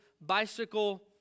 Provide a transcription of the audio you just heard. bicycle